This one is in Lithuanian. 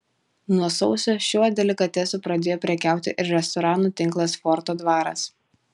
nuo sausio šiuo delikatesu pradėjo prekiauti ir restoranų tinklas forto dvaras